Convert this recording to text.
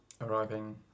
Arriving